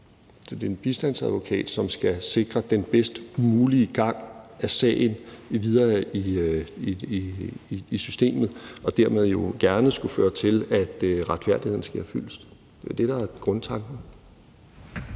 Så det er en bistandsadvokat, som skal sikre den bedst mulige gang af sagen videre i systemet, hvilket dermed gerne skulle føre til, at retfærdigheden sker fyldest. Det er det, der er grundtanken.